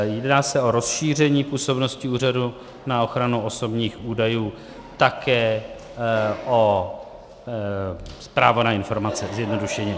Jedná se o rozšíření působnosti Úřadu na ochranu osobních údajů také o právo na informace, zjednodušeně.